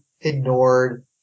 ignored